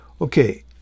Okay